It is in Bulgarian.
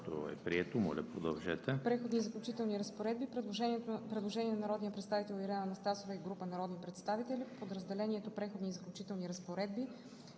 „Преходни и заключителни разпоредби“. Предложение на народния представител Ирена Анастасова и група народни представители: „Подразделението „Преходни и заключителни разпоредби“